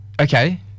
okay